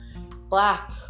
black